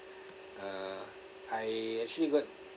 uh I actually got